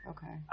Okay